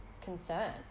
concern